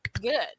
good